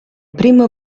primo